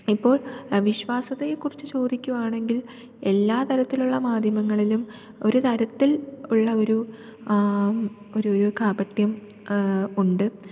ഇപ്പോൾ വിശ്വാസതയെക്കുറിച്ച് ചോദിക്കുവാണെങ്കിൽ എല്ലാത്തരത്തിലുള്ള മാധ്യമങ്ങളിലും ഒരു തരത്തിൽ ഉള്ള ഒരു ഒരു കാപട്യം ഉണ്ട്